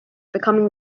becoming